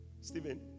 Stephen